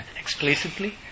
explicitly